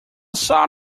saw